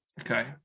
Okay